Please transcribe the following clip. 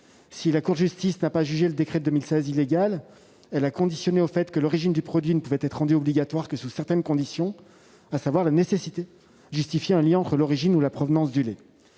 de l'Union européenne n'a pas jugé le décret de 2016 illégal, elle a énoncé que l'origine du produit ne peut être rendue obligatoire que sous certaines conditions, à savoir la nécessité de justifier un lien entre l'origine ou la provenance du lait.